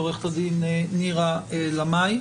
עו"ד נירה לאמעי.